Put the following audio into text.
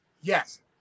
Yes